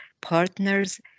partners